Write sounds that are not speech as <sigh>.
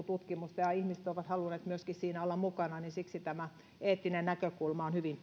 <unintelligible> tutkimusta ja ihmiset ovat halunneet myöskin siinä olla mukana siksi tämä eettinen näkökulma on hyvin <unintelligible>